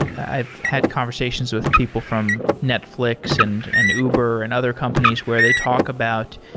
i've had conversations with people from netflix and and uber and other companies where they talk about